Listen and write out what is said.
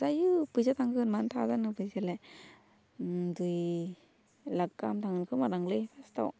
दायो फैसा थांगोन मानो थाङा जानो फैसायालाय डुइ लाक गाहाम थांगोन खोमादांलै फार्स्टआव